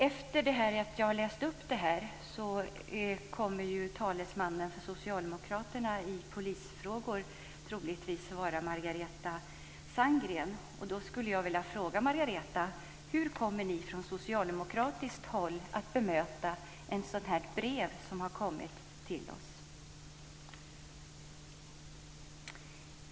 Efter att jag har läst upp det här kommer ju talesmannen för socialdemokraterna i polisfrågor troligtvis att vara Margareta Sandgren. Då skulle jag vilja fråga henne: Hur kommer ni från socialdemokratiskt håll att bemöta ett sådant här brev som har kommit till oss?